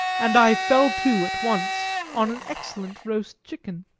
and i fell to at once on an excellent roast chicken.